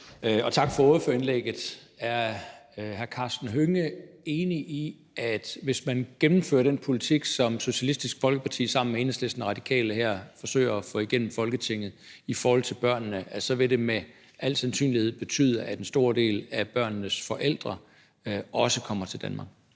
og tak for ordførerindlægget. Er hr. Karsten Hønge enig i, at hvis man gennemfører den politik, som Socialistisk Folkeparti sammen med Enhedslisten og Radikale her forsøger at få igennem Folketinget i forhold til børnene, vil det med al sandsynlighed betyde, at en stor del af børnenes forældre også kommer til Danmark?